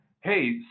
hey